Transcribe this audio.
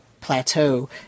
plateau